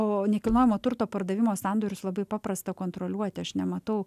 o nekilnojamo turto pardavimo sandorius labai paprasta kontroliuoti aš nematau